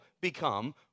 become